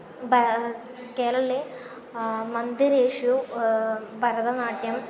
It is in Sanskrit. ब्यात् केरळे मन्दिरेषु भरतनाट्यं